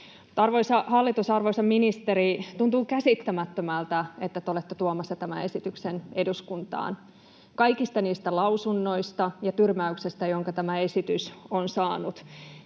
Arvoisa hallitus, arvoisa ministeri, tuntuu käsittämättömältä, että te olette tuomassa tämän esityksen eduskuntaan kaikista niistä lausunnoista ja tyrmäyksistä huolimatta, jotka tämä esitys on saanut.